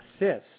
assist